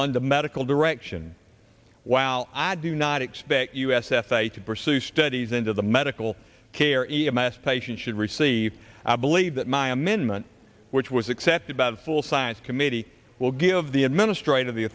on the medical direction while i do not expect us f a to pursue studies into the medical care in a mass patient should receive i believe that my amendment which was accepted by the full science committee will give the administrator the